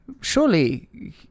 surely